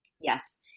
Yes